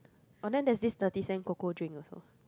oh then there's this thirty cents cocoa drink also